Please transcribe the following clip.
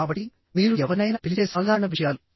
కాబట్టి మీరు ఎవరినైనా పిలిచే సాధారణ విషయాలు